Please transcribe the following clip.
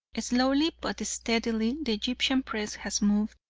slowly but steadily the egyptian press has moved,